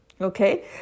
Okay